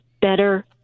better